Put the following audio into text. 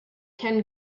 ken